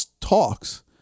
talks